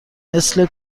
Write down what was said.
مثل